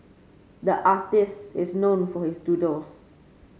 the artist is known for his doodles